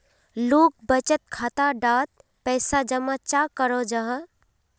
लोग बचत खाता डात पैसा जमा चाँ करो जाहा?